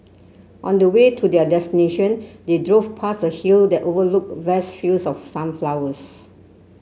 on the way to their destination they drove past a hill that overlooked vast fields of sunflowers